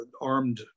armed